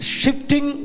shifting